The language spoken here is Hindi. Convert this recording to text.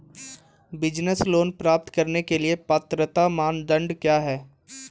बिज़नेस लोंन प्राप्त करने के लिए पात्रता मानदंड क्या हैं?